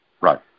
Right